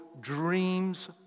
Dreams